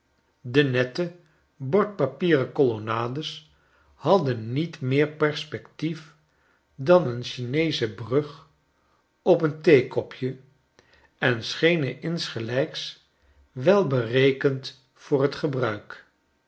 de nette bordpapieren colonnades hadden niet meer perspectief dan een chineesche brug op een theekopje en schenen insgelijks wel berekend voor t gebruik